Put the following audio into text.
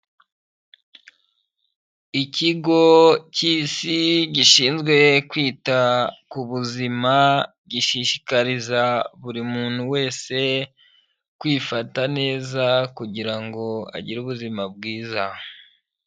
Ikigo cy'Isi gishinzwe kwita ku buzima, gishishikariza buri muntu wese kwifata neza kugira ngo agire ubuzima bwiza.